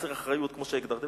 חוסר אחריות כמו שהגדרתי.